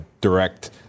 direct